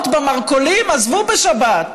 לקנות במרכולים, עזבו בשבת,